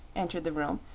entered the room,